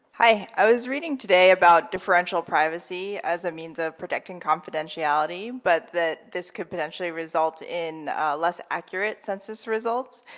hi, i was reading today about differential privacy as a means of protecting confidentiality, but that this could potentially result in a less accurate census result.